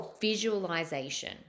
visualization